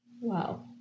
wow